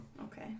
Okay